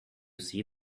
see